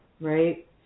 right